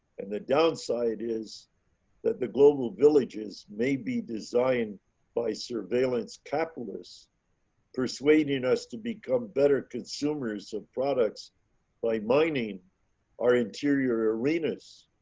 and the downside is that the global villages may be designed by surveillance capitalists persuading us to become better consumers of products by mining our interior arenas.